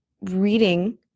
reading